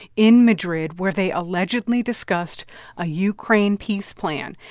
in madrid, where they allegedly discussed a ukraine peace plan.